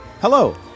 hello